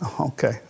okay